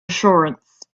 assurance